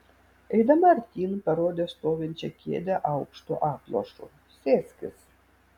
eidama artyn parodė stovinčią kėdę aukštu atlošu sėskis